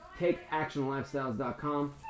TakeActionLifestyles.com